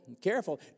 careful